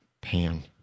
Pan